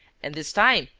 and, this time,